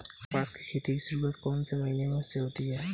कपास की खेती की शुरुआत कौन से महीने से होती है?